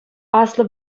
аслӑ